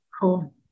Cool